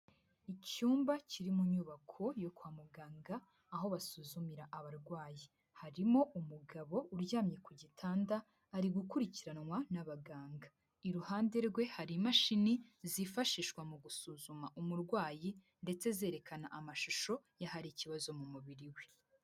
Icyumba kiri mu nyubako yo kwa muganga, aho basuzumira abarwayi. Harimo umugabo uryamye ku gitanda ari gukurikiranwa n'abaganga. Iruhande rwe hari imashini, zifashishwa mu gusuzuma umurwayi ndetse zerekana amashusho y'ahari ikibazo mu mubiri we.